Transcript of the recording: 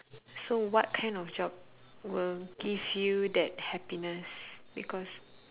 so what kind of job will give you that happiness because